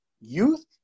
youth –